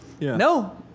No